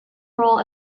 role